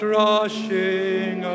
rushing